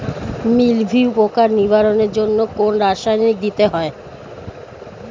মিলভিউ পোকার নিবারণের জন্য কোন রাসায়নিক দিতে হয়?